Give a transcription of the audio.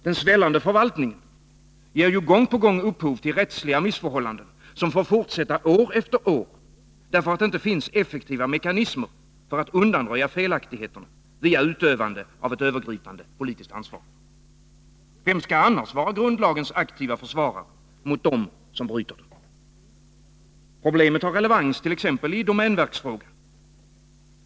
Den svällande förvaltningen ger ju gång på gång upphov till rättsliga missförhållanden, som får fortsätta år efter år, därför att det inte finns effektiva mekanismer för att undanröja felaktigheterna via utövande av ett övergripande politiskt ansvar. Vem skall annars vara grundlagens aktive försvarare mot dem som bryter den? Problemet har relevans t.ex. i domänverksfrågan.